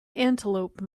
antelope